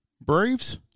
Braves